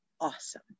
awesome